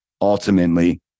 ultimately